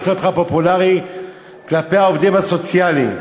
עושה אותך פופולרי כלפי העובדים הסוציאליים.